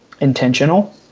intentional